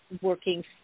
working